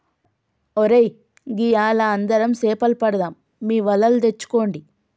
ఒరై గియ్యాల అందరం సేపలు పడదాం మీ వలలు తెచ్చుకోండి